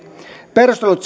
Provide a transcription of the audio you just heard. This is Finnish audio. perustelut